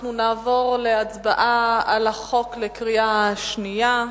אנחנו נעבור להצבעה על החוק בקריאה שנייה,